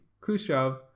Khrushchev